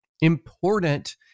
important